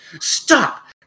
Stop